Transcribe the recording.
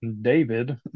David